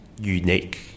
unique